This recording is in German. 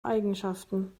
eigenschaften